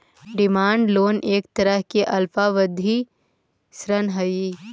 demand loan एक तरह के अल्पावधि ऋण हइ